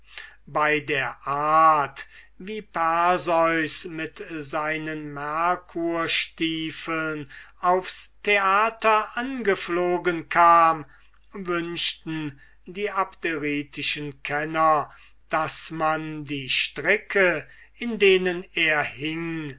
bei der art wie perseus mit seinen mercurstiefeln aufs theater angeflogen kam hätten die kenner wohl wünschen mögen daß man die stricke in denen er hing